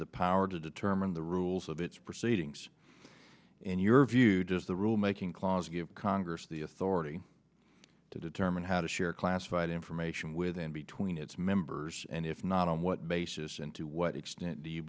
the power to determine the rules of its proceedings in your view does the rule making clause give congress the authority to determine how to share classified information with and between its members and if not on what basis and to what extent do you